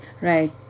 right